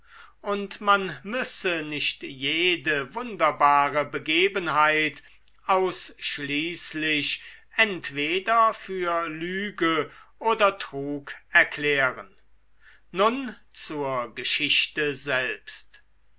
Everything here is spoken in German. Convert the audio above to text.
und man müsse nicht jede wunderbare begebenheit ausschließlich entweder für lüge oder trug erklären nun zur geschichte selbst